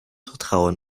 vertrauen